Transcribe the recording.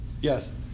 Yes